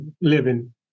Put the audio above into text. living